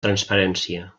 transparència